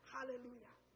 Hallelujah